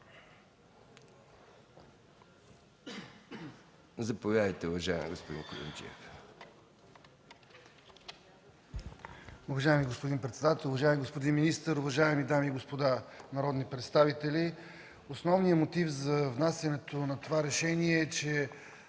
заповядайте. ЯВОР КУЮМДЖИЕВ (КБ): Уважаеми господин председател, уважаеми господин министър, уважаеми дами и господа народни представители! Основният мотив за внасянето на това решение е, че